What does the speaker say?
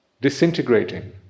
disintegrating